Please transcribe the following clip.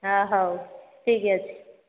ହଁ ହଉ ଠିକ୍ ଅଛି